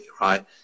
right